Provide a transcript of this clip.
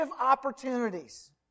opportunities